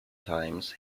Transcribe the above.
times